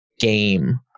game